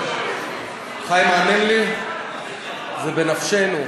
חיים, האמן לי, זה בנפשנו.